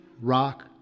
rock